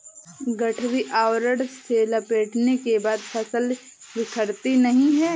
गठरी आवरण से लपेटने के बाद फसल बिखरती नहीं है